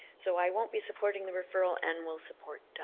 so i won't be supporting the referral and will support